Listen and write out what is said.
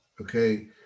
okay